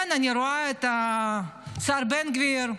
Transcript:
כן, אני רואה את השר בן גביר: